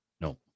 No